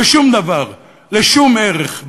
לשום דבר, לשום ערך.